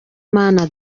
mana